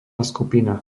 skupina